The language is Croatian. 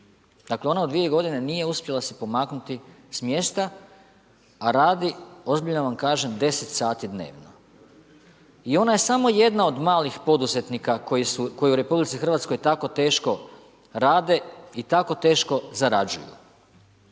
Dakle ona u dvije godine nije uspjela se pomaknuti sa mjesta, a radi ozbiljno vam kažem 10 sati dnevno. I ona je samo jedna od malih poduzetnika koji u RH tako teško rade i tako teško zarađuju.